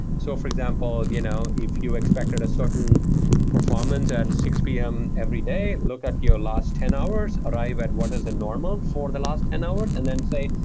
so for example, you know if you expected a certain performance at six pm every day, look at your last ten hours. arrive at what is a normal for the last ten hours and then say,